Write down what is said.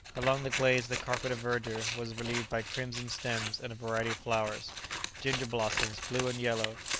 along the glades the carpet of verdure was relieved by crimson stems and a variety of flowers ginger-blossoms, blue and yellow,